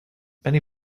many